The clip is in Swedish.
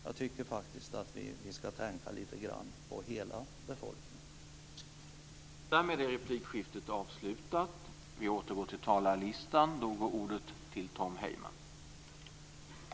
Jag tycker faktiskt att vi skall tänka lite grann på hela befolkningen.